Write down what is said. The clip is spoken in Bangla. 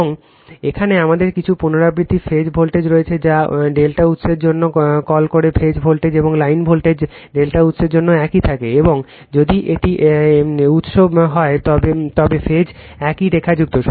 এবং এখানে আমাদের কাছে পুনরাবৃত্তি ফেজ ভোল্টেজ রয়েছে যা ∆ উত্সের জন্য কল করে ফেজ ভোল্টেজ এবং লাইন ভোল্টেজ ∆ উত্সের জন্য একই থাকে এবং যদি এটি একটি ∆ উত্স হয় তবে ফেজ একই রেখাযুক্ত